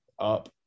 up